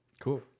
Cool